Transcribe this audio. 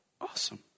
awesome